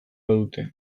badute